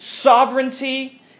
sovereignty